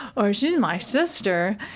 or she's my sister.